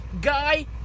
guy